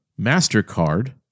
MasterCard